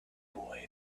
boy